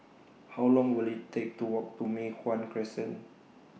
How Long Will IT Take to Walk to Mei Hwan Crescent